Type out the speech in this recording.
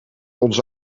onze